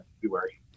February